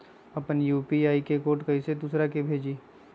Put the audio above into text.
अपना यू.पी.आई के कोड कईसे दूसरा के भेजी?